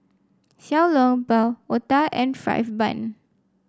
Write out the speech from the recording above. Xiao Long Bao otah and fried bun